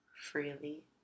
freely